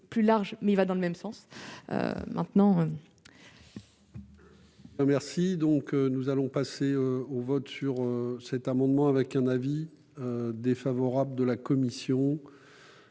plus large, mais qui va dans le même sens.